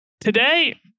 today